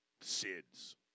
Sid's